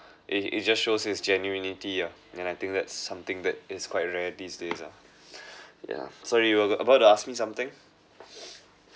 it it just shows his genuine ah and I think that's something that is quite rare these days ah yeah sorry you were about to ask me something